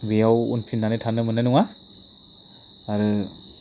बेयाव उनफिननानै थानो मोननाय नङा आरो